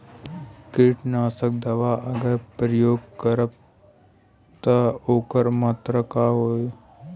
कीटनाशक दवा अगर प्रयोग करब त ओकर मात्रा का होई?